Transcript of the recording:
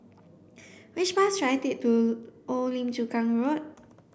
which bus should I take to Old Lim Chu Kang Road